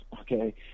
okay